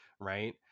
Right